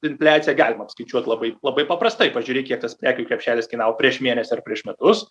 infliaciją galima apskaičiuot labai labai paprastai pažiūri kiek tas prekių krepšelis kainavo prieš mėnesį ar prieš metus